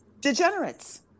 degenerates